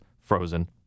Frozen